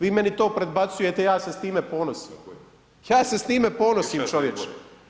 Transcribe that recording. Vi meni to predbacujete, ja se sa time ponosim, ja se sa time ponosim čovječe.